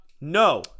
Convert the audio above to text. No